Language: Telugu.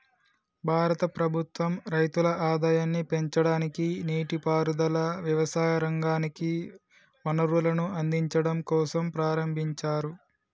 భారత ప్రభుత్వం రైతుల ఆదాయాన్ని పెంచడానికి, నీటి పారుదల, వ్యవసాయ రంగానికి వనరులను అందిచడం కోసంప్రారంబించారు